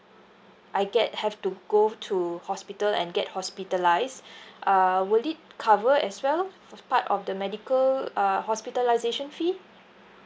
I get have to go to hospital and get hospitalised uh will it cover as well for the part of the medical uh hospitalisation fee